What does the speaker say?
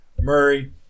Murray